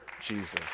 Jesus